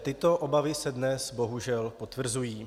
Tyto obavy se dnes bohužel potvrzují.